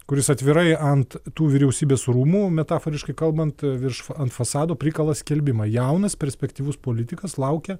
kuris atvirai ant tų vyriausybės rūmų metaforiškai kalbant virš ant fasado prikala skelbimą jaunas perspektyvus politikas laukia